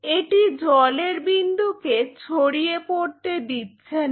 এটি জলের বিন্দুটিকে ছড়িয়ে পড়তে দিচ্ছে না